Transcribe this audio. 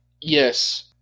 Yes